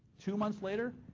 two months later,